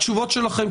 התשובות שלכם,